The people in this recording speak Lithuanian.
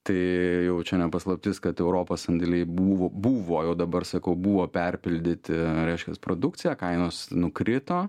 tai jau čia ne paslaptis kad europos sandėliai buvo buvo jau dabar sakau buvo perpildyti reiškias produkcija kainos nukrito